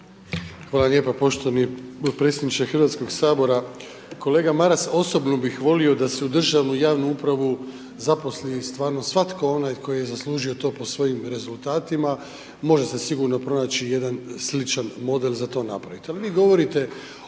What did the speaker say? Hvala lijepo poštovani potpredsjedniče Hrvatskog sabora. Kolega Maras, osobno bih volio da se u državnu i javnu upravu zaposli stvarno svatko onaj tko je zaslužio to po svojim rezultatima, može se sigurno pronaći, jedan sličan model za to napraviti.